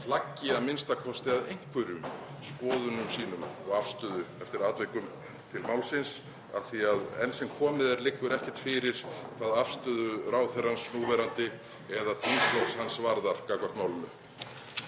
flaggi a.m.k. einhverjum skoðunum sínum og afstöðu eftir atvikum til málsins af því að enn sem komið er liggur ekkert fyrir um afstöðu ráðherrans núverandi eða þingflokks hans gagnvart málinu.